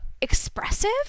expressive